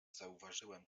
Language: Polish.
zauważyłem